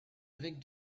évêque